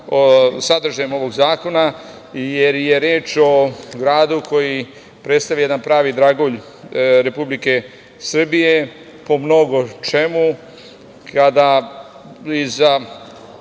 sadržajem ovog zakona, jer je reč o gradu koji predstavlja jedan pravi dragulj Republike Srbije po mnogo čemu. Mislim